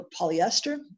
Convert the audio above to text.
polyester